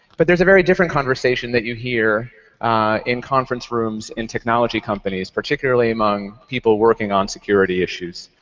but there's a very different conversation that you here in conference rooms in technology companies, particularly among people working on security issues.